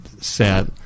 set